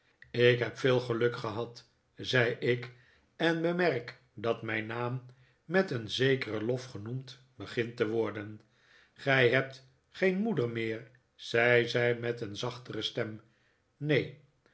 ik heb veel geluk gehad zei ik en bemerk dat mijn naam met een zekeren lof genoemd begint te worden gij hebt geen moeder meer zei zij met een zachtere stem neen